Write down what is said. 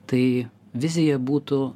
tai vizija būtų